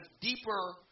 deeper